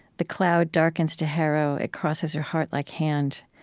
the cloud darkens to harrow, it crosses your heart like hand,